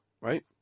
right